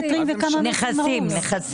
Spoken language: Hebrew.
וכמה מתוכם הרוסים?